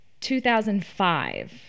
2005